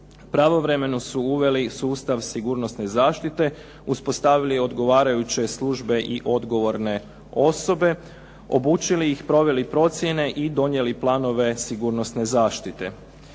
pravovremeno su uveli sustav sigurnosne zaštite, uspostavili odgovarajuće službe i odgovorne osobe, obučili ih, proveli procjene i donijeli planove sigurnosne zaštite.